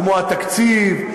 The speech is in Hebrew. כמו התקציב,